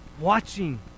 watching